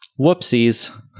whoopsies